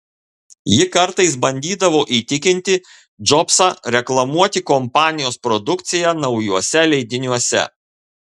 ji kartais bandydavo įtikinti džobsą reklamuoti kompanijos produkciją naujuose leidiniuose